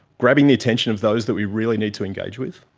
grabbing the attention of those that we really need to engage with?